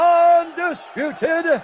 undisputed